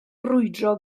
brwydro